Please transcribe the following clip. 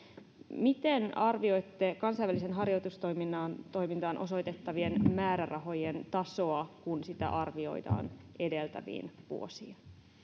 miten arvioitte kansainväliseen harjoitustoimintaan osoitettavien määrärahojen tasoa kun sitä verrataan edeltäviin vuosiin